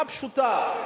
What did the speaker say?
שר הבינוי והשיכון אריאל